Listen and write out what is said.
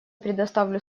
предоставляю